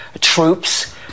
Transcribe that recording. troops